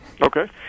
Okay